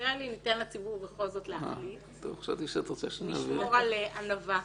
נראה לי שניתן לציבור בכל זאת להחליט ונשמור על ענווה.